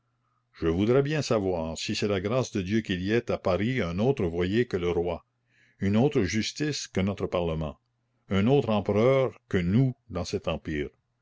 je voudrais bien savoir si c'est la grâce de dieu qu'il y ait à paris un autre voyer que le roi une autre justice que notre parlement un autre empereur que nous dans cet empire